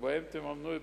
ובהם תממנו את